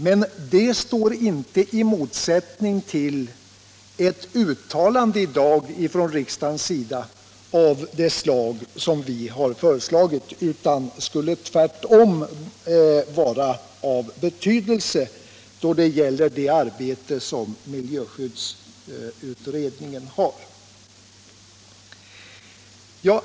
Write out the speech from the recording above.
Men det står inte i motsättning till att riksdagen i dag gör ett sådant uttalande som vi har föreslagit. Tvärtom skulle detta vara av betydelse för det arbete som miljöskyddsutredningen har.